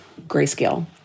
grayscale